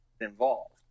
involved